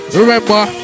Remember